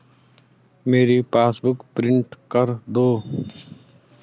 मेरी passbook print कर दो